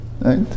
right